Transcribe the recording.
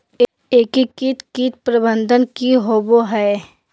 एकीकृत कीट प्रबंधन की होवय हैय?